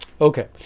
Okay